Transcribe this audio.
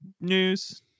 news